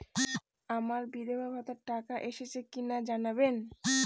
আমার বিধবাভাতার টাকা এসেছে কিনা জানাবেন?